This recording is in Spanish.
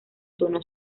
tono